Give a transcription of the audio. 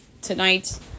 tonight